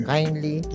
Kindly